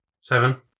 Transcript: Seven